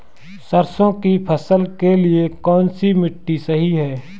सरसों की फसल के लिए कौनसी मिट्टी सही हैं?